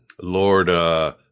Lord